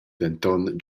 denton